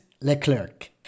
Leclerc